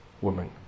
woman